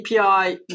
API